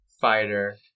fighter